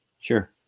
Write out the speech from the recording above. sure